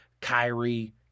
Kyrie